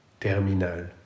terminal